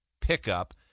pickup